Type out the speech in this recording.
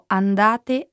andate